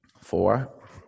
four